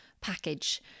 package